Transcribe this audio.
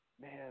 man